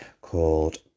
called